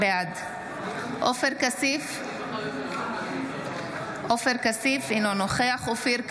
בעד עופר כסיף, אינו נוכח אופיר כץ,